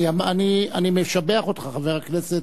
אני משבח אותך, חבר הכנסת.